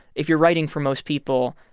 if you're writing for most people,